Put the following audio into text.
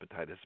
hepatitis